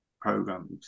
programs